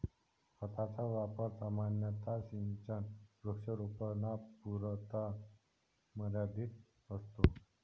खताचा वापर सामान्यतः सिंचित वृक्षारोपणापुरता मर्यादित असतो